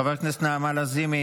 חברת הכנסת נעמה לזימי,